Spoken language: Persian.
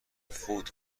فوت